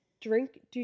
drink